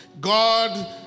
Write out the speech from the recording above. God